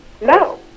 no